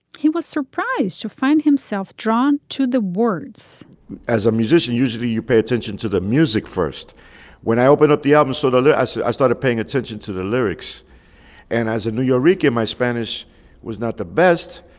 he was surprised to find himself drawn to the words as a musician usually you pay attention to the music first when i opened up the album sort of and as i started paying attention to the lyrics and as a new eureka my spanish was not the best.